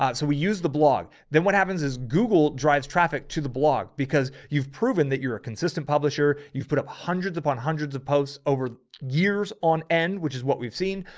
so we use the blog. then what happens is google drives traffic to the blog because you've proven that you're a consistent publisher. you've put up hundreds upon hundreds of posts over. years on end, which is what we've seen.